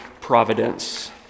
providence